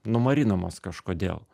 numarinamos kažkodėl